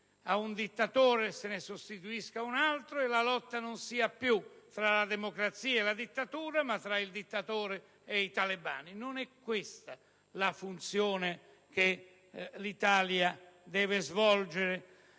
ad un dittatore se ne sostituisca un altro e la lotta non sia più tra la democrazia e la dittatura, ma tra il dittatore e i talebani. Non è questa la funzione che l'Italia deve svolgere.